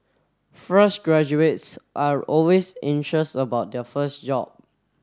fresh graduates are always anxious about their first job